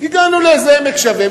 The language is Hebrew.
הגענו לאיזה עמק שווה,